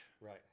right